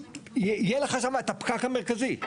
יהיה לך שם את הפקק המרכזי.